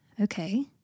Okay